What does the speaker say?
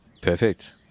Perfect